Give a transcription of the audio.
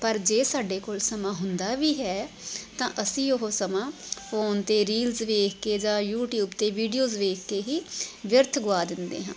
ਪਰ ਜੇ ਸਾਡੇ ਕੋਲ ਸਮਾਂ ਹੁੰਦਾ ਵੀ ਹੈ ਤਾਂ ਅਸੀਂ ਉਹ ਸਮਾਂ ਫੋਨ 'ਤੇ ਰੀਲਸ ਵੇਖ ਕੇ ਜਾਂ ਯੂਟੀਊਬ 'ਤੇ ਵੀਡੀਓਜ਼ ਵੇਖ ਕੇ ਹੀ ਵਿਅਰਥ ਗੁਆ ਦਿੰਦੇ ਹਾਂ